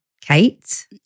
Kate